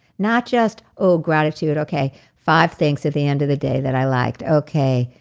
not just, oh gratitude, okay. five things at the end of the day that i liked. okay,